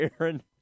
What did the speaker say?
Aaron